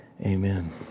Amen